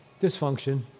dysfunction